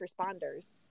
responders